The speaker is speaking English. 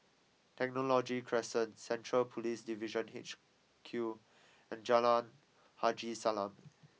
Technology Crescent Central Police Division H Q and Jalan Haji Salam